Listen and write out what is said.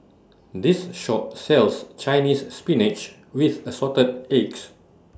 This Shop sells Chinese Spinach with Assorted Eggs